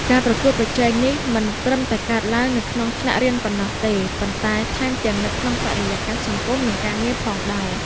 ការប្រកួតប្រជែងនេះមិនត្រឹមតែកើតឡើងនៅក្នុងថ្នាក់រៀនប៉ុណ្ណោះទេ ប៉ុន្តែថែមទាំងនៅក្នុងបរិយាកាសសង្គម និងការងារផងដែរ។